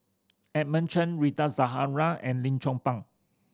Edmund Chen Rita Zahara and Lim Chong Pang